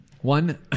One